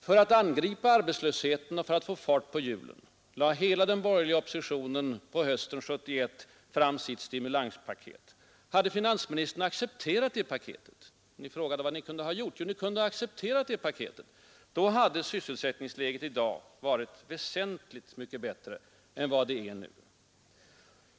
För att angripa arbetslösheten och få fart på hjulen lade hela den borgerliga oppositionen på hösten 1971 fram sitt stimulanspaket. Finansministern frågade vad regeringen kunde ha gjort. Jo, ni kunde ha accepterat detta paket. Då hade sysselsättningsläget i dag varit väsentligt mycket bättre än vad det är nu.